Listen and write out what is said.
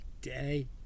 day